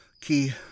Key